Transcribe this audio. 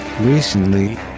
recently